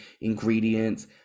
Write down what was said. ingredients